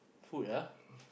food ah